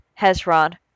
Hezron